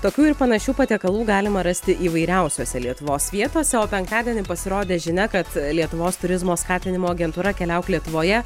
tokių ir panašių patiekalų galima rasti įvairiausiose lietuvos vietose o penktadienį pasirodė žinia kad lietuvos turizmo skatinimo agentūra keliauk lietuvoje